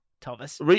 Thomas